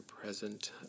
present